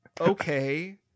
Okay